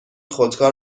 خودکار